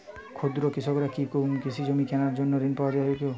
ক্ষুদ্র কৃষকরা কি কৃষিজমি কেনার জন্য ঋণ পাওয়ার যোগ্য?